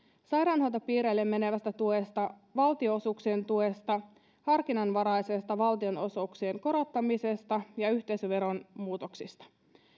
sairaanhoitopiireille menevästä tuesta valtionosuuksien tuesta harkinnanvaraisesta valtionosuuksien korottamisesta ja yhteisöveron muutoksista